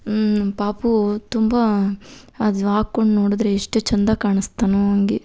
ಪಾಪು ತುಂಬ ಅದು ಹಾಕೊಂಡು ನೋಡಿದ್ರೆ ಎಷ್ಟು ಚಂದ ಕಾಣಿಸ್ತಾನೊ ಹಾಗೆ